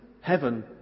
heaven